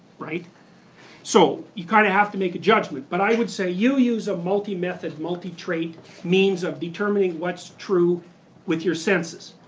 so you kind of have to make a judgment but i would say you use a multi method, multi trait means of determining what's true with your senses.